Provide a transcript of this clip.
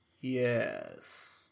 Yes